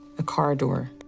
a car door.